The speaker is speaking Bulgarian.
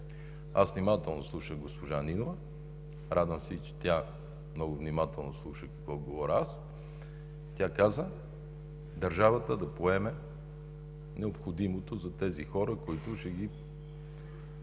Аз внимателно слушах госпожа Нинова, радвам се, че и тя много внимателно слуша какво говоря аз. Тя каза: държавата да поеме необходимото за тези хора, които ще са